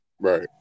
Right